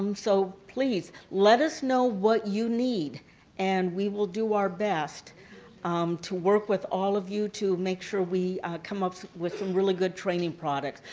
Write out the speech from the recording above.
um so please let us know what you need and we will do our best um to work with all of you to make sure we come up with some really good training products.